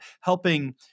helping